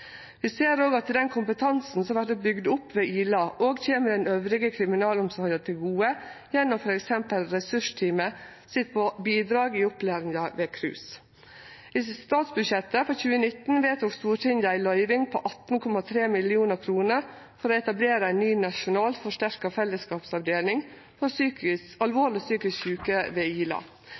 Vi ser også at den kompetansen som har vorte bygd opp ved Ila, òg kjem kriminalomsorga elles til gode gjennom f.eks. ressursteamet sitt bidrag i opplæringa ved KRUS. I statsbudsjettet for 2019 vedtok Stortinget ei løyving på 18,3 mill. kr for å etablere ei ny nasjonal forsterka fellesskapsavdeling for alvorleg psykisk sjuke